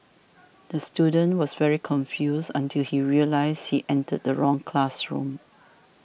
the student was very confused until he realised he entered the wrong classroom